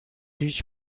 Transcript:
هیچ